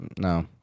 no